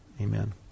Amen